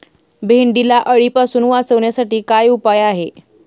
भेंडीला अळीपासून वाचवण्यासाठी काय उपाय आहे?